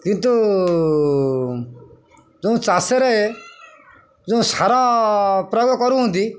କିନ୍ତୁ ଯେଉଁ ଚାଷରେ ଯେଉଁ ସାର ପ୍ରୟୋଗ କରୁଛନ୍ତି